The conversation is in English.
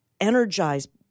energized